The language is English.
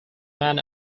men